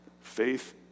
Faith